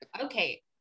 okay